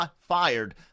fired